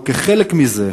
כחלק מזה,